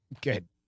Good